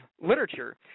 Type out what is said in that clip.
literature